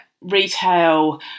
retail